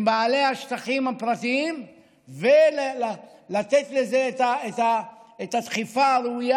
בעלי השטחים הפרטיים ולתת לזה את הדחיפה הראויה.